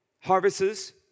harvests